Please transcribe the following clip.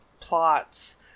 plots